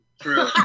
True